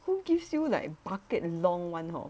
who gives you like bucket and long one hor